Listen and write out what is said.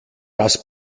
das